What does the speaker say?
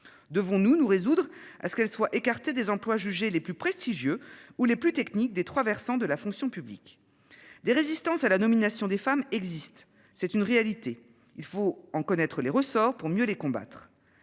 Devons-nous nous résoudre à ce qu'elle soit écartée des employes jugés les plus prestigieux ou les plus techniques des trois versants de la fonction publique. Des résistances à la nomination des femmes existe, c'est une réalité. Il faut en connaître les ressorts pour mieux les combattre.